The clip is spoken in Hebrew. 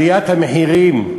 עליית המחירים,